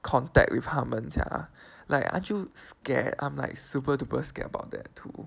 contact with 他们这样 lah like aren't you scared I'm like super duper scared about that too